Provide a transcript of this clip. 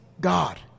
God